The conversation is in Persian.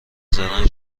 زرنگ